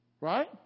Right